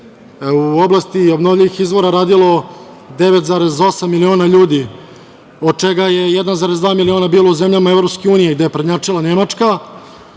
u oblasti obnovljivih izvora radilo 9,8 miliona ljudi, od čega je 1,2 miliona bilo u zemljama EU, gde je prednjačila Nemačka,